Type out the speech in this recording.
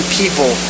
people